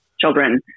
children